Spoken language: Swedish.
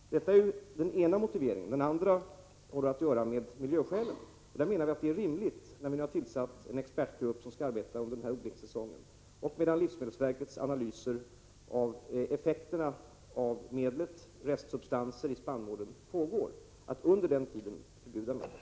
Det är den ena motiveringen till förbudet. Den andra har att göra med miljön. När vi nu har tillsatt en expertgrupp som skall arbeta under den här odlingssäsongen, och medan livsmedelsverkets analyser pågår av effekterna av stråförkortningsmedlet, av restsubstanser i spannmålen, menar vi att det är rimligt att under den tiden förbjuda medlet.